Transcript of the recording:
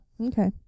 okay